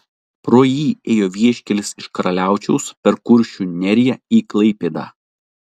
pro jį ėjo vieškelis iš karaliaučiaus per kuršių neriją į klaipėdą